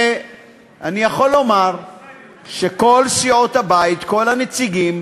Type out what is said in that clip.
ואני יכול לומר שכל סיעות הבית, כל הנציגים